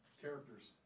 characters